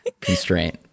constraint